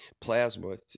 plasma